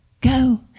Go